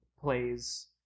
plays